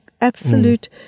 absolute